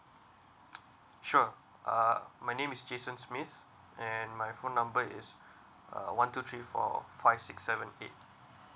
sure uh my name is jason smith and my phone number is uh one two three four five six seven eight